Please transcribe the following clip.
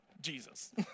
Jesus